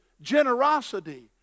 generosity